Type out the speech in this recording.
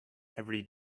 every